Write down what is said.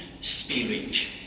Spirit